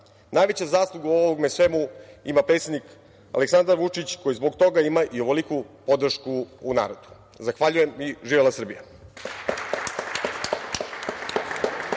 Najveću zaslugu ima predsednik Aleksandar Vučić koji zbog toga ima i ovoliku podršku u narodu. Zahvaljujem i živela Srbija.